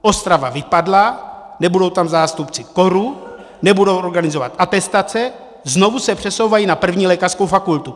Ostrava vypadla, nebudou tam zástupci KOR, nebudou organizovat atestace, znovu se přesouvají na 1. lékařskou fakultu.